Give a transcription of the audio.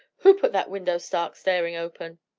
who put that window stark staring open?